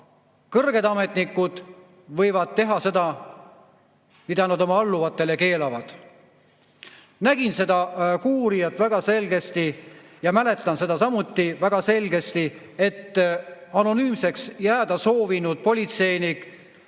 kõrged ametnikud võivad teha seda, mida nad oma alluvatele keelavad. Nägin seda "Kuuuurijat" väga selgesti ja mäletan seda samuti väga selgesti, et anonüümseks jääda soovinud politseinik